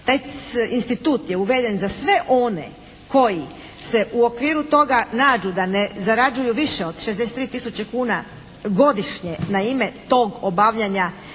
taj institut je uveden za sve one koji se u okviru toga nađu da ne zarađuju više od 63 tisuće kuna godišnje na ime tog obavljanja